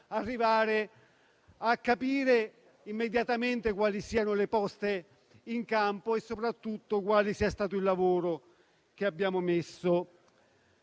arrivare a capire immediatamente quali sono le poste in campo e soprattutto qual è stato il lavoro messo